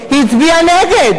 אני מכיר את רוב הנשים שהגיעו לפה,